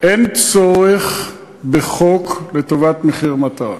אין צורך בחוק לטובת "מחיר מטרה".